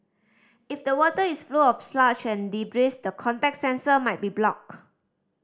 if the water is full of sludge and debris the contact sensor might be blocked